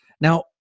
Now